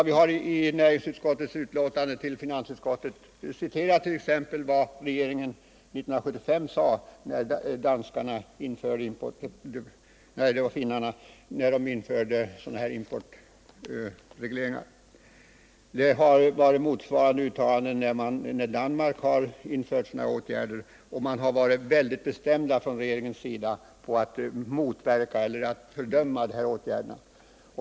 Vi har i näringsutskottets yttrande till finansutskottet citerat vad den svenska regeringen sade 1971, när danskarna införde importregleringar. Det har gjorts motsvarande uttalanden när andra länder vidtagit sådana här åtgärder, och regeringen har varit mycket bestämd i sina fördömanden av åtgärderna.